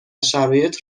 شرایط